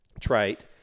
trait